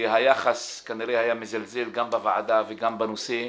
והיחס כנראה היה מזלזל גם בוועדה וגם בנושא,